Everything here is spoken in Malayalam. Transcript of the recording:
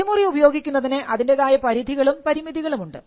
ഒരു മുറി ഉപയോഗിക്കുന്നതിന് അതിൻറെതായ പരിധികളും പരിമിതികളുമുണ്ട്